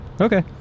Okay